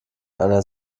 einer